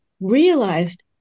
realized